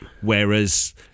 Whereas